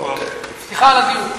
סליחה על הדיוק.